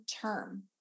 term